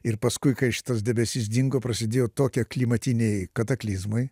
ir paskui kai šitas debesis dingo prasidėjo tokie klimatiniai kataklizmai